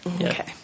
okay